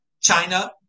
China